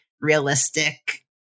realistic